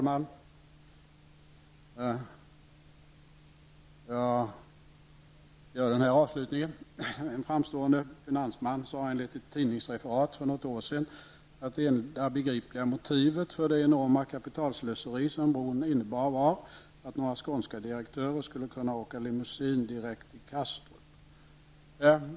Herr talman! En framstående finansman sade enligt ett tidningsreferat för något år sedan att det enda begripliga motivet för det enorma kapitalslöseri som bron innebar var att några skånska direktörer skulle kunna åka limosin direkt till Kastrup.